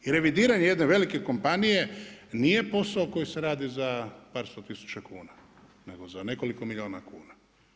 I revidiranje jedne velike kompanije nije posao koji se radi za par sto tisuća kuna, nego za nekoliko milijuna kuna.